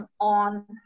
on